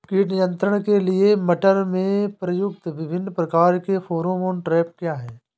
कीट नियंत्रण के लिए मटर में प्रयुक्त विभिन्न प्रकार के फेरोमोन ट्रैप क्या है?